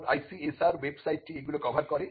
এখন ICSR ওয়েবসাইটটি এইগুলি কভার করে